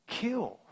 kill